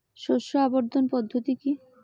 শস্য আবর্তন পদ্ধতি কি?